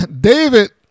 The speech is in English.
David